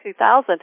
2000